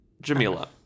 Jamila